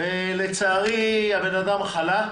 לצערי הבן אדם חלה,